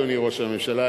אדוני ראש הממשלה,